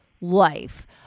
life